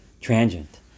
transient